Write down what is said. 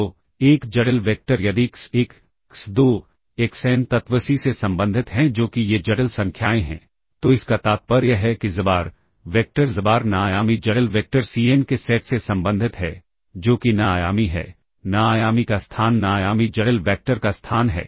तो एक जटिल वेक्टर यदि x1 x2 xn तत्व C से संबंधित हैं जो कि ये जटिल संख्याएँ हैं तो इसका तात्पर्य है कि xbar वेक्टर xbar n आयामी जटिल वेक्टर Cn के सेट से संबंधित है जो कि n आयामी है n आयामी का स्थान n आयामी जटिल वैक्टर का स्थान है